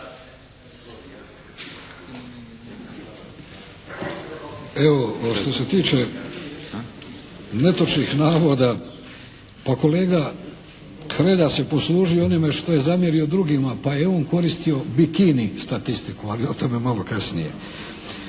Evo što se tiče netočnih navoda pa kolega Hrelja se poslužio onime što je zamjerio drugima pa je on koristio «bikini» statistiku ali o tome malo kasnije.